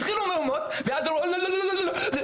התחילו מהומות ואז אמרו שיסגרו.